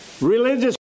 religious